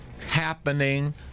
happening